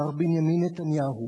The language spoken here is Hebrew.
מר בנימין נתניהו.